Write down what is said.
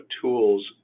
tools